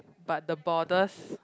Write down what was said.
but the borders